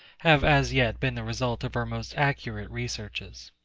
have as yet been the result of our most accurate researches.